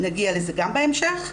נגיע לזה גם בהמשך.